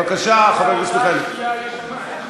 בבקשה, חבר הכנסת מיכאלי.